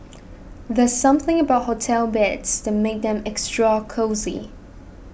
there's something about hotel beds that makes them extra cosy